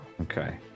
Okay